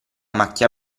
macchia